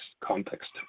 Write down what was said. context